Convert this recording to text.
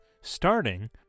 starting